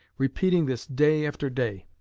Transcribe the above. repeating this day after day.